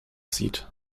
sieht